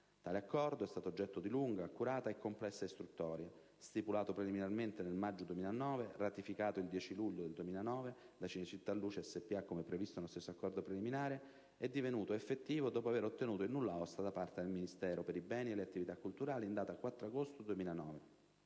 Tale accordo è stato oggetto di lunga, accurata e complessa istruttoria. Stipulato preliminarmente nel maggio 2009, e ratificato il 10 luglio 2009 da Cinecittà Luce SpA, come previsto nello stesso accordo preliminare, è divenuto efficace dopo aver ottenuto il nulla osta da parte del Ministro per i beni e le attività culturali in data 4 agosto 2009,